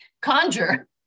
conjure